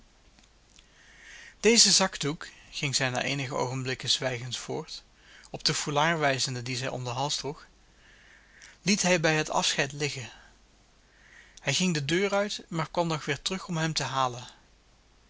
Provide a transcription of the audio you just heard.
dezen zakdoek ging zij na eenige oogenblikken zwijgens voort op den foulard wijzende dien zij om den hals droeg liet hij bij het afscheid liggen hij ging de deur uit maar kwam nog weer terug om hem te halen